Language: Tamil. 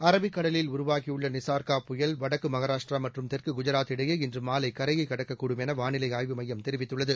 அரபிக்கடலில் உருவாகியுள்ள நிசார்கா புயல் வடக்கு மகாராஷ்டிரா மற்றும் தெற்கு குஜராத் இடையே இன்று மாலை கரையைக் கடக்கக்கூடும் என வானிலை ஆய்வு மையம் தெரிவித்துள்ளது